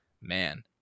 man